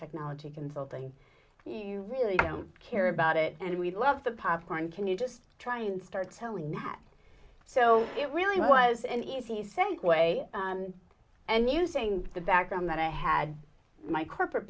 technology consulting you really don't care about it and we love the popcorn can you just try and start so we met so it really was an easy segue and using the background that i had my corporate